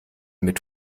mit